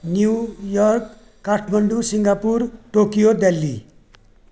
New York Kathmandu Singapore Tokyo Delhi